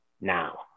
now